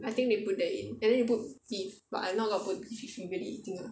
I think they put that in and then they put beef but I'm not gonna put beef in really